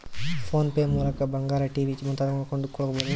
Phone pay ಮೂಲಕ ಬಂಗಾರ, TV ಮುಂತಾದವುಗಳನ್ನ ಕೊಂಡು ಕೊಳ್ಳಬಹುದೇನ್ರಿ?